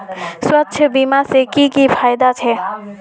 स्वास्थ्य बीमा से की की फायदा छे?